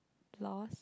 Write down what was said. lost